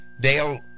Dale